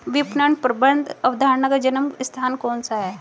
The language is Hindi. विपणन प्रबंध अवधारणा का जन्म स्थान कौन सा है?